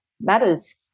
Matters